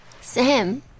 Sam